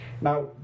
now